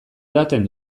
edaten